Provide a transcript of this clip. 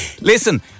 Listen